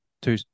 Two